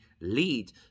lead